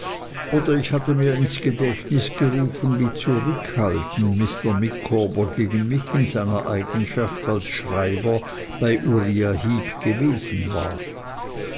oder hatte mir ins gedächtnis gerufen wie zurückhaltend mr micawber gegen mich in seiner eigenschaft als schreiber bei uriah heep gewesen war